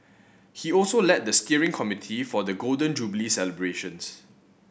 he also led the steering committee for the Golden Jubilee celebrations